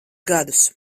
gadus